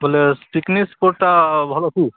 ବୋଲେ ପିକ୍ନିକ୍ ସ୍ପଟ୍ଟା ଭଲ ଅଛି